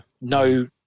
No